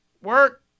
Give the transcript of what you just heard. Work